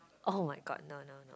[oh]-my-god no no no